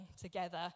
together